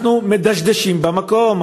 אנחנו מדשדשים במקום,